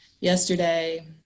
Yesterday